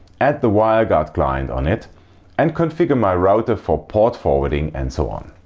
add the wireguard client on it and configure my router for port forwarding and so on.